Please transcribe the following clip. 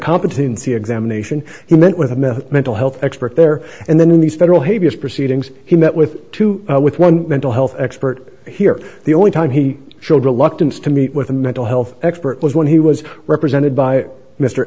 competency examination he went with a meth mental health expert there and then in these federal habeas proceedings he met with two with one mental health expert here the only time he showed reluctance to meet with a mental health expert was when he was represented by mr